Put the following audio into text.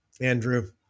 Andrew